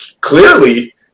clearly